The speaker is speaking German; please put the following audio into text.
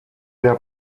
der